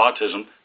autism